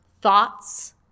thoughts